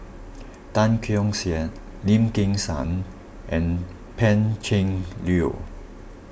Tan Keong Saik Lim Kim San and Pan Cheng Lui